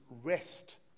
rest